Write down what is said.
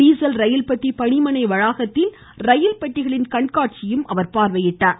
diesel ரயில்பெட்டி பணிமனை வளாகத்தில் ரயில்பெட்டிகளின் கண்காட்சியையும் அவர் பார்வையிட்டார்